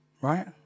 right